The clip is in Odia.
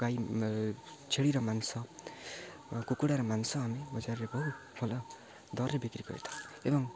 ଗାଈ ଛେଳିର ମାଂସ କୁକୁଡ଼ାର ମାଂସ ଆମେ ବଜାରରେ ବହୁ ଭଲ ଦରରେ ବିକ୍ରି କରିଥାଉ ଏବଂ